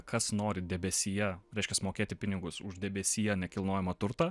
kas nori debesyje reiškias mokėti pinigus už debesyje nekilnojamą turtą